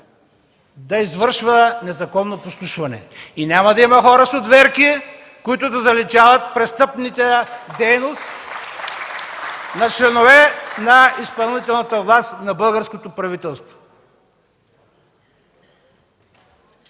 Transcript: да извършва незаконно подслушване. Няма да има хора с отверки, които да заличават престъпната дейност (ръкопляскания от ДПС) на членове на изпълнителната власт и на българското правителство.